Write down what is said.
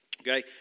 okay